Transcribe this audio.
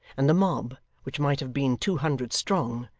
and the mob, which might have been two hundred strong,